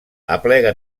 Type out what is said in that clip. aplega